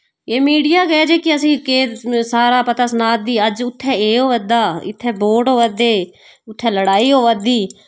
एह् मीडिया गै जेह्की असें केह् सारा पता सना दी अज्ज उत्थै एह् होआ दा इत्थै बोट होआ दे उत्थै लड़ाई होआ दी